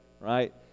right